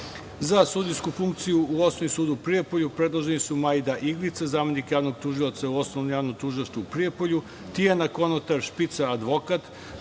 sudijsku funkciju u Osnovnom sudu u Prijepolju predloženi su: Majda Iglica, zamenik javnog tužioca za Osnovno javno tužilaštvo u Prijepolju, Tijana Konatar Špica, advokat,